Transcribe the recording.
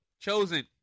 chosen